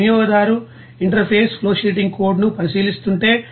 ఆ వినియోగదారు interface flow sheeting కోడ్ను పరిశీలిస్తుంటే